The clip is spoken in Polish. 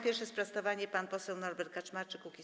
Pierwsze sprostowanie - pan poseł Norbert Kaczmarczyk, Kukiz’15.